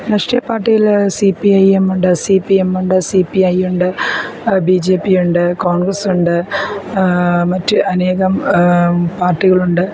രാഷ്ട്രീയ പാർട്ടികളിൽ C P I M ഉണ്ട് സി പി എം ഉണ്ട് സി പി ഐ ഉണ്ട് ബി ജെ പി ഉണ്ട് കോൺഗ്രസ് ഉണ്ട് മറ്റ് അനേകം പാർട്ടികളുണ്ട്